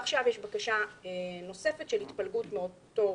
עכשיו יש בקשה נוספת של התפלגות מאותו